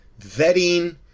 vetting